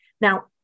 Now